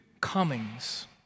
comings